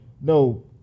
no